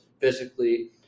physically